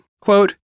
Quote